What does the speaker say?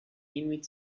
inuit